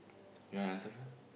you want answer